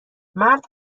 مرد